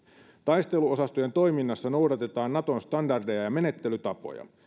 taisteluosastojen toiminnassa noudatetaan naton standardeja ja menettelytapoja